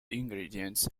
ingredients